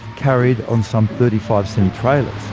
carried on some thirty five semitrailers.